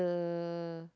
the